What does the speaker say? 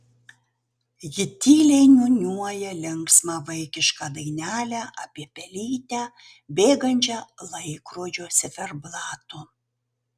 ji tyliai niūniuoja linksmą vaikišką dainelę apie pelytę bėgančią laikrodžio ciferblatu